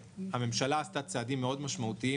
הממשלה עשתה צעדים משמעותיים מאוד